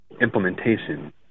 implementation